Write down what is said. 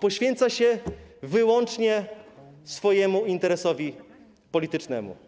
poświęca się wyłącznie swojemu interesowi politycznemu.